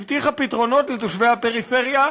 הבטיחה פתרונות לתושבי הפריפריה,